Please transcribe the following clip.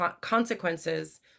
consequences